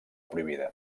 prohibida